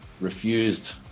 refused